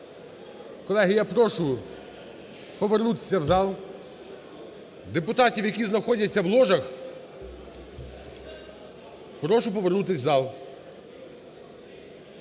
Колеги, я прошу повернутися в зал. Депутатів, які знаходяться в ложах, прошу повернутися в зал.